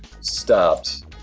stopped